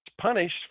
punished